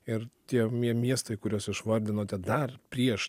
ir tie mie miestai kuriuos išvardinote dar prieš